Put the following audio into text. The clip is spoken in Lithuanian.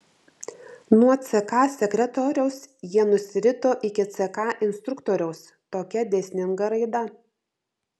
nuo ck sekretoriaus jie nusirito iki ck instruktoriaus tokia dėsninga raida